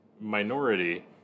minority